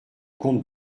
comte